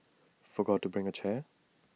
forgot to bring A chair